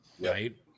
right